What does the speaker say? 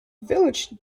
village